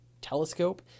telescope